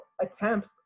attempts